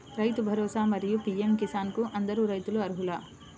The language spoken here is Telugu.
రైతు భరోసా, మరియు పీ.ఎం కిసాన్ కు అందరు రైతులు అర్హులా?